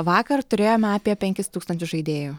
vakar turėjome apie penkis tūkstančius žaidėjų